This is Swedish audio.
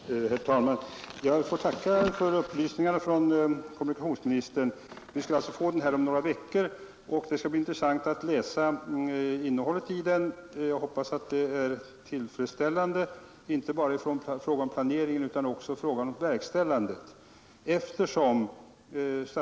Herr talman! Jag får tacka för upplysningarna från kommunikationsministern. Vi skall alltså få betänkandet om mottagningsstationerna om några veckor. Det skall bli intressant att läsa innehållet i det. Jag hoppas att det är tillfredsställande inte bara i fråga om planeringen utan också i fråga om verkställandet.